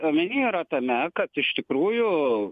omeny yra tame kad iš tikrųjų